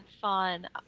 fun